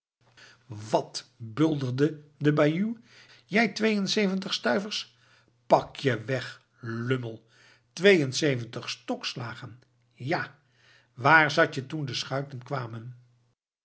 wat bulderde de baljuw jij tweeënzeventig stuivers pak je weg lummel tweeënzeventig stokslagen ja waar zat je toen de schuiten kwamen